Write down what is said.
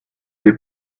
fait